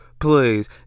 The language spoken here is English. Please